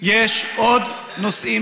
יש מעסיק.